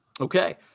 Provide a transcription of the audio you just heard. Okay